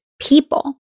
people